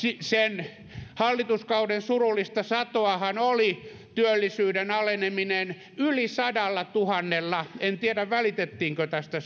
sen hallituskauden surullista satoahan oli työllisyyden aleneminen yli sadallatuhannella en tiedä välitettiinkö tästä